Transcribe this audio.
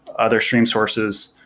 other stream sources,